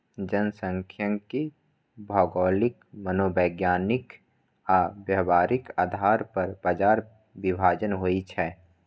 जनखांख्यिकी भौगोलिक, मनोवैज्ञानिक आ व्यावहारिक आधार पर बाजार विभाजन होइ छै